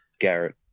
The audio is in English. Garrett